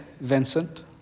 Vincent